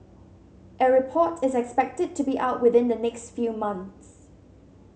a report is expected to be out within the next few months